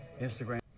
Instagram